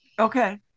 Okay